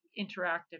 interactive